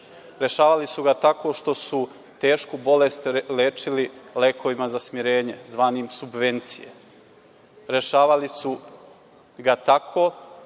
Rešavali su ga tako što su tešku bolest lečili lekovima za smirenje, zvanim subvencije. Rešavali su ga tako